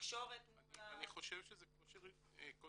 התקשורת מול ה- -- אני חושב שזה קושי של